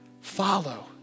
follow